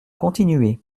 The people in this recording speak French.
continuez